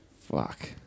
Fuck